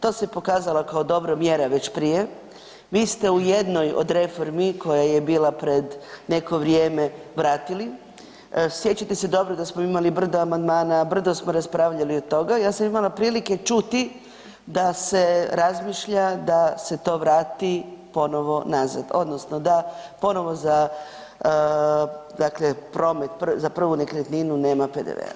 To se pokazala kao dobra mjera već prije, vi ste u jednoj od reformi koja je bila pred neko vrijeme vratili, sjećate se dobro da smo imali brdo amandmana, brdo smo raspravljali od toga i ja sam imala prilike čuti da se razmišlja da se to vrati ponovo nazad odnosno da ponovo za dakle promet za prvu nekretninu nema PDV-a.